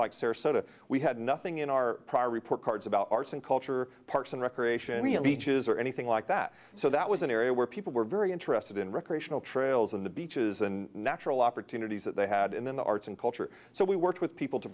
sarasota we had nothing in our report cards about arts and culture parks and recreation beaches or anything like that so that was an area where people were very interested in recreational trails on the beaches and natural opportunities that they had in the arts and culture so we worked with people to